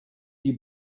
you